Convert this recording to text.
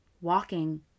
Walking